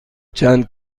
چند